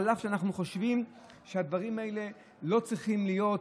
אף שאנחנו חושבים שהדברים האלה לא צריכים להיות.